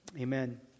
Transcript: amen